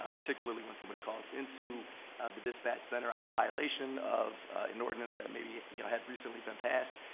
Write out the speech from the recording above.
ah particularly when somebody calls into the dispatch center on a violation of an ordinance that maybe you know had recently been passed.